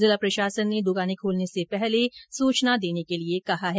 जिला प्रशासन ने दुकानें खोलने से पहले सुचना देने के लिए कहा है